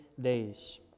days